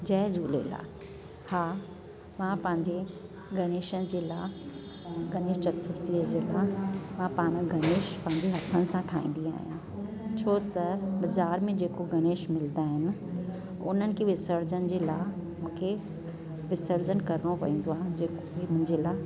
जय झूलेलाल हा मां पंहिंजे गनेशनि जे लाइ गनेश चतुर्थी जे लाइ मां पाण गनेश पंहिंजे हथ सां ठाहींदी आहियां छो त बाज़ारि में जेको गनेश मिलंदा आहिनि उन्हनि खे विसर्जन जे लाइ मूंखे विसर्जन करणो पवंदो आहे जेको बि मुंहिंजे लाइ